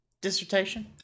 dissertation